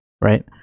right